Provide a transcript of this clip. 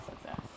success